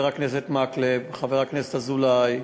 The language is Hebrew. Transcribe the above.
הכנסת מקלב וחבר הכנסת אזולאי ביקשו,